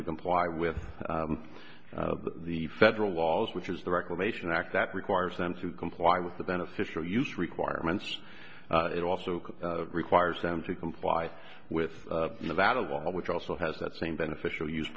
to comply with the federal laws which is the reclamation act that requires them to comply with the beneficial use requirements it also requires them to comply with the battle which also has that same beneficial use